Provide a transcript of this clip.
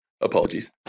Apologies